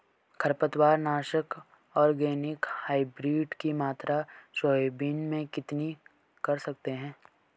खरपतवार नाशक organic hybrid की मात्रा सोयाबीन में कितनी कर सकते हैं?